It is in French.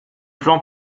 plan